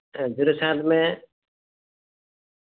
ᱟᱨᱚ ᱡᱳᱨᱮ ᱥᱟᱸᱦᱮᱫ ᱢᱮ